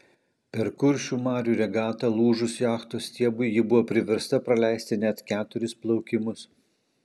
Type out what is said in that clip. per kuršių marių regatą lūžus jachtos stiebui ji buvo priversta praleisti net keturis plaukimus